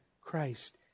Christ